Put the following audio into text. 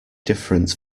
different